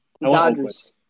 Dodgers